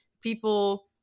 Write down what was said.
people